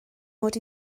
mod